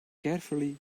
carefully